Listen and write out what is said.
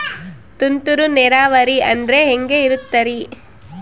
ತುಂತುರು ನೇರಾವರಿ ಅಂದ್ರೆ ಹೆಂಗೆ ಇರುತ್ತರಿ?